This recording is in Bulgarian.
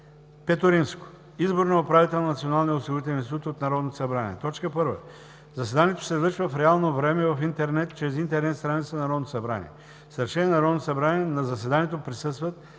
V. Избор на управител на Националния осигурителен институт от Народното събрание 1. Заседанието се излъчва в реално време в интернет чрез интернет страницата на Народното събрание. С решение на Народното събрание на заседанието присъстват